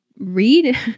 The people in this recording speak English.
read